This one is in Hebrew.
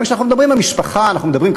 וכשאנחנו מדברים על משפחה אנחנו מדברים,